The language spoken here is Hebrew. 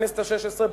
לכנסת השש-עשרה.